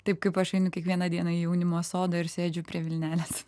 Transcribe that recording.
taip kaip aš einu kiekvieną dieną į jaunimo sodą ir sėdžiu prie vilnelės